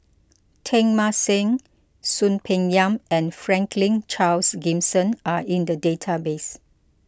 Teng Mah Seng Soon Peng Yam and Franklin Charles Gimson are in the database